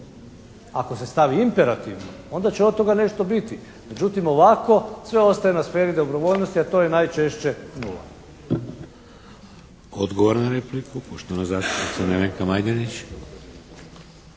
Ako se stavi imperativno onda će od toga nešto biti, međutim ovako sve ostaje na sferi dobrovoljnosti a to je najčešće nula. **Šeks, Vladimir (HDZ)** Odgovor na repliku poštovana zastupnica Nevenka Majdenić.